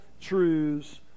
truths